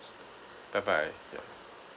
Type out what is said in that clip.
bye bye ya